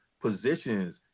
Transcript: positions –